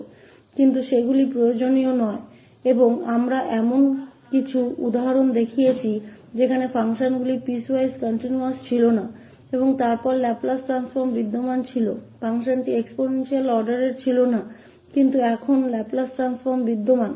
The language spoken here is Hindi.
लेकिन वे आवश्यक नहीं हैं और हमने कुछ उदाहरण दिखाए हैं जहां फंक्शन piecewise continuous नहीं थे और फिर लाप्लास परिवर्तन भी मौजूद था फंक्शन exponential क्रम का नहीं था लेकिन फिर भी लाप्लास परिवर्तन मौजूद है